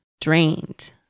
drained